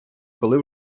коли